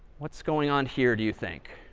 what's going on here do you think?